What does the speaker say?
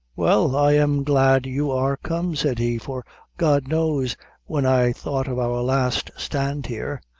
well, i am glad you are come, said he, for god knows when i thought of our last stand here,